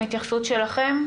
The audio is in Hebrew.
עם התייחסות שלכם,